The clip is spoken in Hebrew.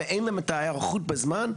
ואין להם את ההיערכות בזמן?